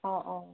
অ অ